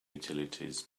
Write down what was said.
utilities